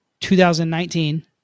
2019